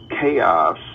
chaos